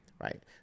Right